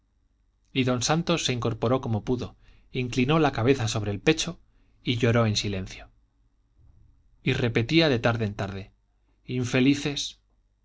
y don santos se incorporó como pudo inclinó la cabeza sobre el pecho y lloró en silencio y repetía de tarde en tarde infelices